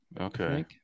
Okay